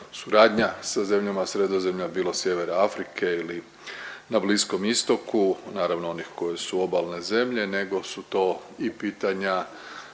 suradnja sa zemljama Sredozemlja bilo sjevera Afrike ili na Bliskom Istoku naravno onih koje su obalne zemlje nego su to i pitanja